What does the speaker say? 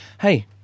Hey